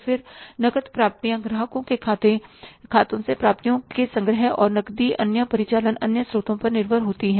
फिर नकद प्राप्तियां ग्राहक के खातों से प्राप्तियों के संग्रह और नकदी अन्य परिचालन आय स्रोतों पर निर्भर होती है